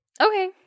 Okay